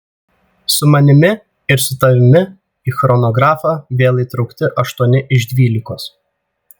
su manimi ir su tavimi į chronografą vėl įtraukti aštuoni iš dvylikos